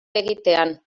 egitean